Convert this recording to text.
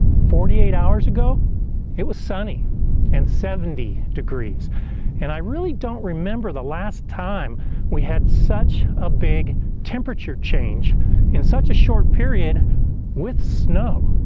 forty eight hours ago it was sunny and seventy degrees and i really don't remember the last time we had such a big temperature change in such a short period with snow.